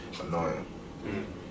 annoying